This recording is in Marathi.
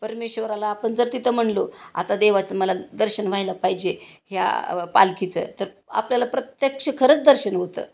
परमेश्वराला आपण जर तिथे म्हणालो आता देवाचं मला दर्शन व्हायला पाहिजे ह्या पालखीचं तर आपल्याला प्रत्यक्ष खरंच दर्शन होतं